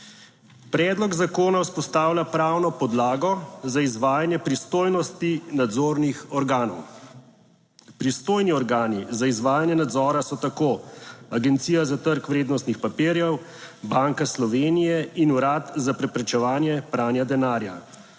Predlog zakona vzpostavlja pravno podlago za izvajanje pristojnosti nadzornih organov, pristojni organi za izvajanje nadzora so tako Agencija za trg vrednostnih papirjev, Banka Slovenije in Urad za preprečevanje pranja denarja.S